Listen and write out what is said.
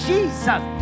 Jesus